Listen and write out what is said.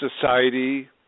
society